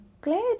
glad